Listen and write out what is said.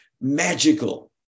magical